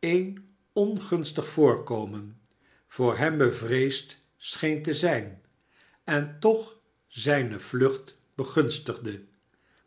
een ongunstig voorkomen voor hem bevreesd scheen te zijn en toch zijne vlucht begunstigde